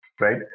Right